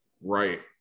right